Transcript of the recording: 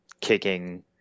kicking